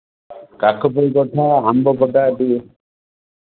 କାଠ ପାଇଁ ପଟା ଆମ୍ବ ପଟା ହଁ